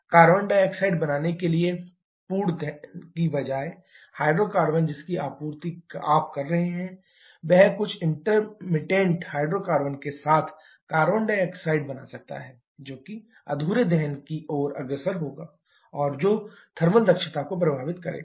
carbon dioxide बनाने के लिए पूर्ण दहन की बजाए हाइड्रोकार्बन जिसकी आप आपूर्ति कर रहे हैं वह कुछ इंटरमिटेंट हाइड्रोकार्बन के साथ कार्बन मोनोऑक्साइड बना सकता है जो कि अधूरे दहन की ओर अग्रसर होगा और जो थर्मल दक्षता को प्रभावित करेगा